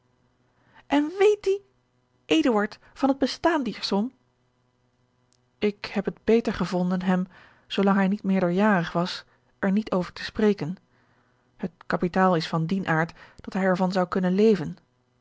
en weet die eduard van het bestaan dier som ik heb het beter gevonden hem zoo lang hij niet meerderjarig was er niet over te spreken het kapitaal is van dien aard dat hij er van zou kunnen leven